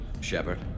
Shepard